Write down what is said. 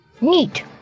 Neat